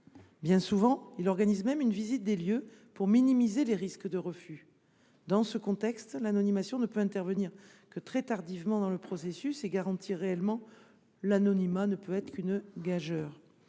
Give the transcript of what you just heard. Bien souvent, il organise même une visite des lieux pour minimiser les risques de refus. Dans ce contexte, l’anonymisation ne peut intervenir que très tardivement dans le processus et garantir réellement l’anonymat ne peut être qu’une gageure.